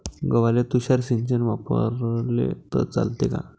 गव्हाले तुषार सिंचन वापरले तर चालते का?